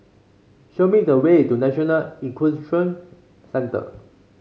show me the way to National Equestrian Centre